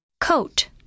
Coat